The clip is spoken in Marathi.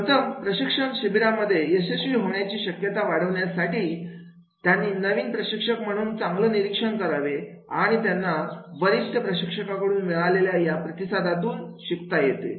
प्रथम प्रशिक्षण शिबिरामध्ये यशस्वी होण्याची शक्यता वाढवण्यासाठी त्यांनी नवीन प्रशिक्षक म्हणून चांगलं निरीक्षण करावे आणि त्यांना वरिष्ठ प्रशिक्षकांकडून मिळालेल्या या प्रतिसादातून शिकता येते